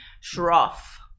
Shroff